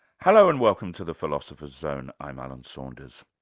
hello and welcome to the philosopher's zone, i'm alan saunders.